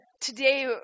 today